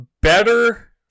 better